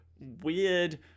weird